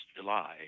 July